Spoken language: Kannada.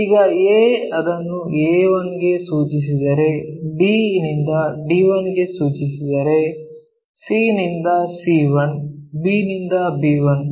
ಈಗ a ಇದನ್ನು a1 ಕ್ಕೆ ಸೂಚಿಸಿದರೆ d ನಿಂದ d1 ಕ್ಕೆ ಸೂಚಿಸಿದರೆ c ನಿಂದ c1 b ನಿಂದ b1